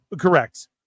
correct